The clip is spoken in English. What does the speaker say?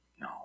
No